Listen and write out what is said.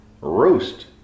roast